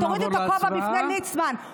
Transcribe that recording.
תורידו את הכובע בפני ליצמן.